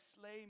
slay